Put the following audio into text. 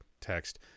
text